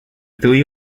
three